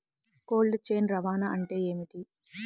Cold chain రవాణా అంటే ఏమిటీ?